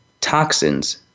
toxins